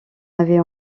avais